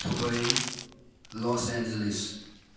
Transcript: Dubai Los Angeles